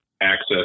access